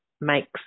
makes